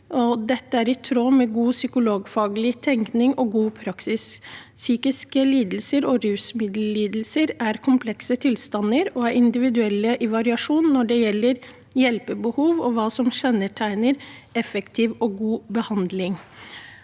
«dette er i tråd med god psykologfaglig tenkning og god praksis. Psykiske lidelser og rusmiddellidelser er komplekse tilstander, og det er individuell variasjon når det gjelder hjelpebehov og hva som kjennetegner effektiv og god behandling».